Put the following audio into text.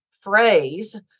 phrase